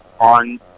on